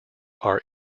are